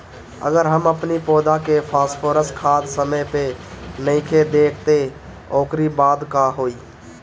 अगर हम अपनी पौधा के फास्फोरस खाद समय पे नइखी देत तअ ओकरी बाद का होई